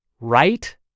Right